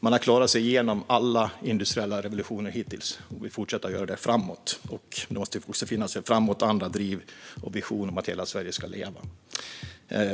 Man har klarat sig igenom alla industriella revolutioner hittills, och man vill fortsätta att göra det. Det måste också finnas en framåtanda, ett driv och en vision om att hela Sverige ska leva.